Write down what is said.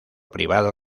privado